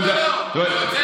לא, לא.